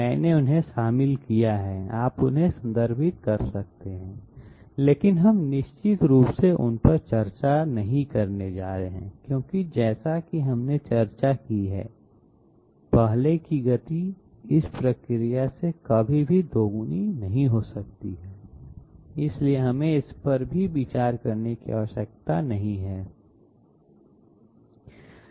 मैंने उन्हें शामिल किया है आप उन्हें संदर्भित कर सकते हैं लेकिन हम निश्चित रूप से उन पर चर्चा नहीं करने जा रहे हैं क्योंकि जैसा कि हमने चर्चा की है कि पहले की गति इस प्रक्रिया से कभी भी दोगुनी नहीं हो सकती है इसलिए हमें इस पर भी विचार करने की आवश्यकता नहीं है